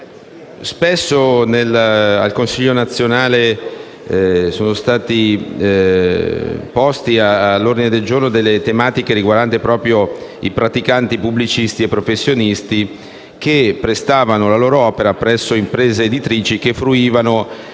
spesso nel Consiglio nazionale sono state poste all'ordine del giorno tematiche riguardanti i praticanti pubblicisti e professionisti che, pur prestando la loro opera presso imprese editrici che fruivano